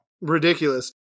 ridiculous